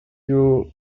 you